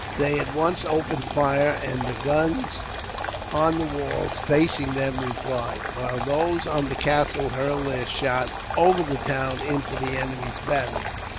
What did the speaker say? they at once opened fire, and the guns on the walls facing them replied, while those on the castle hurled their shot over the town into the enemy's battery.